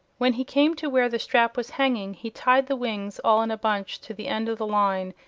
when he came to where the strap was hanging he tied the wings all in a bunch to the end of the line,